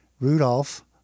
Rudolph